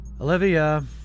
Olivia